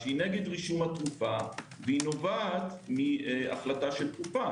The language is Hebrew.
שהיא נגד רישום התרופה ונובעת מהחלטה של קופה.